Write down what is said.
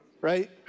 right